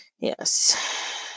Yes